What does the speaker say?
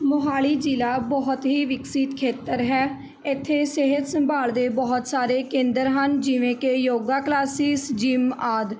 ਮੋਹਾਲੀ ਜ਼ਿਲ੍ਹਾ ਬਹੁਤ ਹੀ ਵਿਕਸਿਤ ਖੇਤਰ ਹੈ ਇੱਥੇ ਸਿਹਤ ਸੰਭਾਲ ਦੇ ਬਹੁਤ ਸਾਰੇ ਕੇਂਦਰ ਹਨ ਜਿਵੇਂ ਕਿ ਯੋਗਾ ਕਲਾਸਿਸ ਜਿੰਮ ਆਦਿ